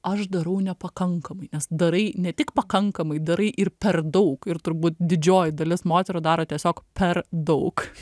aš darau nepakankamai nes darai ne tik pakankamai darai ir per daug ir turbūt didžioji dalis moterų daro tiesiog per daug